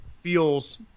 Feels –